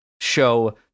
show